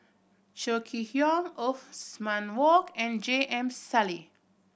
Chong Kee Hiong Othman Wok and J M Sali